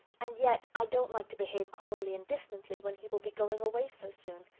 and yet i don't like to behave coldly and distantly when he will be going away so soon.